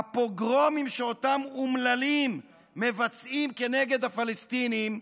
הפוגרומים שאותם אומללים מבצעים כנגד הפלסטינים,